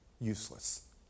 Useless